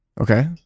Okay